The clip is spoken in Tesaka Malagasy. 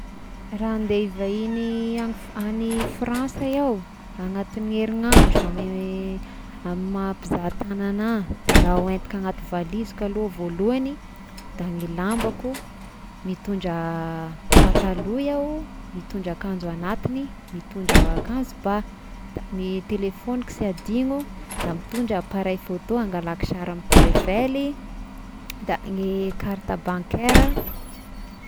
Raha andeha hivahigny any fran- any Frantsa iaho anatign'ny herinandro ame amy maha mpizaha tagny anah de raha hoentiko anaty valiziko aloha voalohagny da gny lambako, mitondra patalohy iaho, mitondra akanjo anatiny, mitondra akanjo ba, da ny telefogniko sy adino, da mitondra appareil photo angalako sary amy tour eiffely da ny karta bankaira.